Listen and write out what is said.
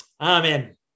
amen